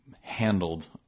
handled